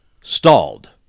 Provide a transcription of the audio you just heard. stalled